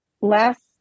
Last